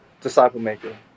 disciple-maker